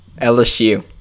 LSU